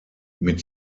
mit